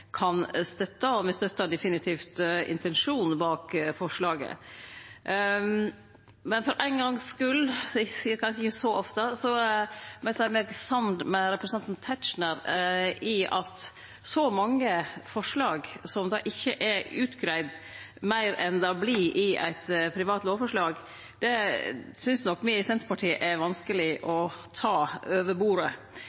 kan støtte, og me støttar definitivt intensjonen bak forslaget, men for ein gongs skuld – det skjer kanskje ikkje så ofte – må eg seie meg samd med representanten Tetzschner i at så mange forslag som ikkje er greidde ut meir enn dei vert i eit privat lovforslag, synest nok me i Senterpartiet er vanskeleg å